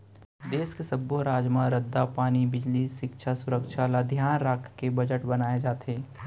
देस के सब्बो राज म रद्दा, पानी, बिजली, सिक्छा, सुरक्छा ल धियान राखके बजट बनाए जाथे